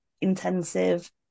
intensive